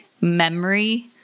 memory